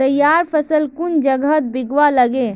तैयार फसल कुन जगहत बिकवा लगे?